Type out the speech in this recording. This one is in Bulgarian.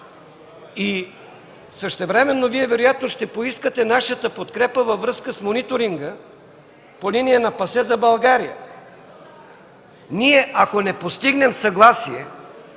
Същевременно Вие вероятно ще поискате нашата подкрепа във връзка с мониторинга по линия на ПАСЕ за България. Ако не постигнем съгласие